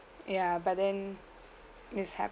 ya but then this happened